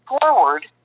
forward